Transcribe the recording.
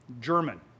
German